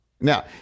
Now